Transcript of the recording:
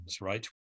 right